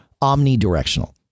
omnidirectional